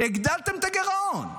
הגדלתם את הגירעון.